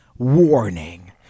Warning